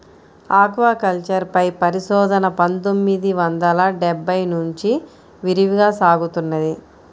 aquaculture పై పరిశోధన పందొమ్మిది వందల డెబ్బై నుంచి విరివిగా సాగుతున్నది